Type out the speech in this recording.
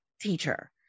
teacher